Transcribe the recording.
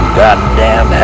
goddamn